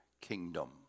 kingdom